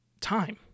time